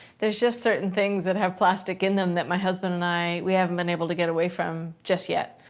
there's just certain things that have plastic in them, that my husband and i we haven't been able to get away from just yet.